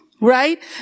right